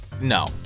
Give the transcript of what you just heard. no